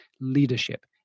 leadership